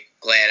glad